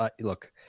look